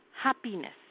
happiness